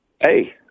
Hey